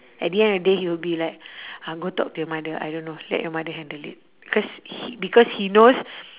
at the end of the day he'll be like uh go talk to your mother I don't know let your mother handle it because he because he knows